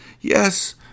yes